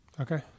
Okay